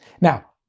Now